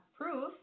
proof